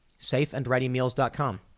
safeandreadymeals.com